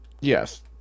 Yes